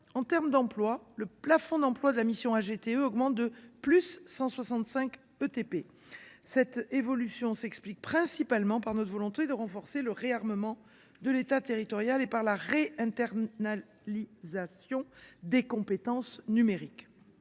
Enfin, le plafond d’emplois de la mission augmente de 165 ETP. Cette évolution s’explique principalement par notre volonté de renforcer le réarmement de l’État territorial et par la réinternalisation des compétences numériques.